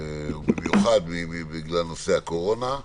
במיוחד בגלל הקורונה,